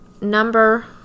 number